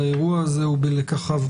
באירוע הזה ובלקחיו.